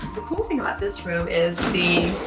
cool thing about this room is the